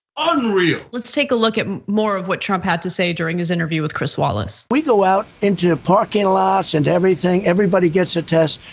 unreal. let's take a look at more of what trump had to say during his interview with chris wallace. we go out into parking lots and everything, everybody gets a test.